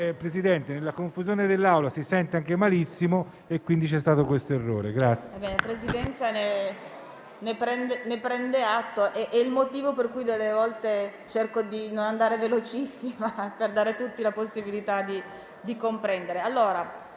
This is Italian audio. Presidente, nella confusione dell'Aula, si sente davvero male e quindi abbiamo commesso questo errore. PRESIDENTE. La Presidenza ne prende atto. È il motivo per cui delle volte cerco di non andare velocissima, per dare a tutti la possibilità di comprendere.